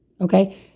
okay